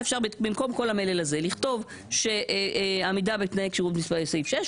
אפשר במקום כל המלל הזה לכתוב שעמידה בתנאי כשירות לפי סעיף 6,